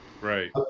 right